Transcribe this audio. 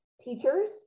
teachers